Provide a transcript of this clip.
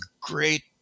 great